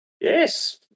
Yes